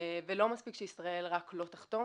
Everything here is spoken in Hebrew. ולא מספיק שישראל רק לא תחתום,